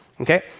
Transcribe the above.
Okay